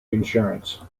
insurance